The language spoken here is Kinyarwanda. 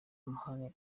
amahane